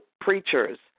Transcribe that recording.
preachers